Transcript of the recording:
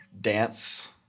dance